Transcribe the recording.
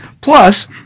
Plus